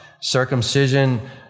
Circumcision